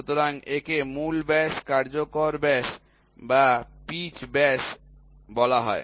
সুতরাং একে মূল ব্যাস কার্যকর ব্যাস বা পিচ ব্যাস বলা হয়